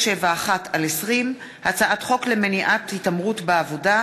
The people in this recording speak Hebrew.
שימוש במידע בידי עובד הציבור),